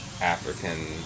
African